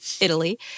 Italy